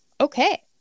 Okay